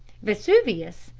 vesuvius,